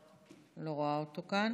אני לא רואה אותו כאן.